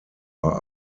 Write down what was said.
are